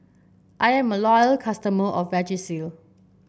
I'm a loyal customer of Vagisil